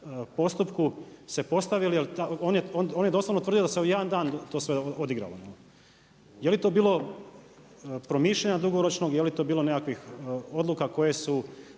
postupku se postavili jer on je doslovno tvrdio da se u jedan dan to sve odigralo? Je li to bilo promišljeno dugoročno, je li to bilo nekakvih odluka koje su